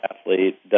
athlete